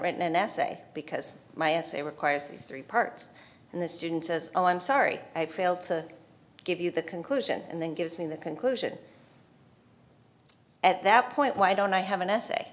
written an essay because my essay requires three parts and the student says oh i'm sorry i failed to give you the conclusion and then gives me the conclusion at that point why don't i have an essay